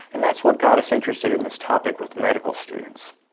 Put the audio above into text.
and that's what got us interested in this topic with medical students.